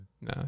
No